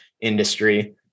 industry